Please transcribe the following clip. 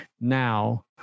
now